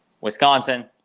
wisconsin